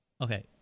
Okay